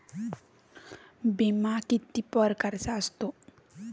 बिमा किती परकारचा असतो?